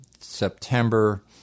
September